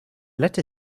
letter